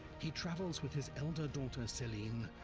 he travels with his elder daughter, celine,